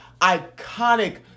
iconic